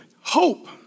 hope